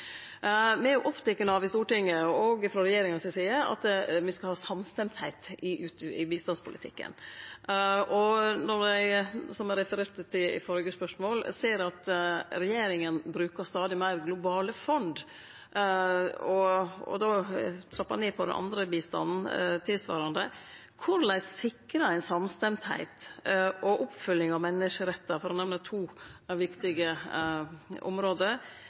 Me er opptekne av i Stortinget, og òg frå regjeringa si side, at me skal ha samstemmigheit i bistandspolitikken. Og når eg, som eg refererte til i det førre spørsmålet, ser at regjeringa brukar stadig meir globale fond og trappar ned den andre bistanden tilsvarande – korleis sikrar ein samstemmigheit og oppfylginga av menneskerettar, for å nemne to viktige område,